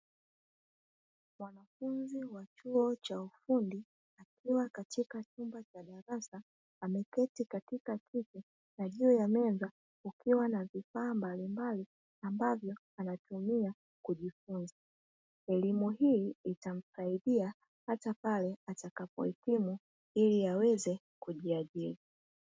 Mwanafunzi wa chuo cha ufundi akiwa katika chumba cha darasa ameketi katika kiti na juu ya meza kukiwa na vifaa mbalimbali ambavyo anatumia kujifunza, elimu hii itamsaidia hata pale atakapohitimu ili aweze kujiajiri.